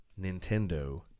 Nintendo